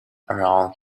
around